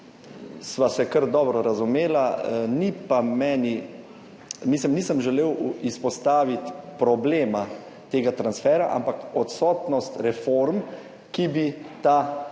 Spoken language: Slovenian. sva se kar dobro razumela, ni pa meni, mislim, nisem želel izpostaviti problema tega transfera, ampak odsotnost reform, ki bi ta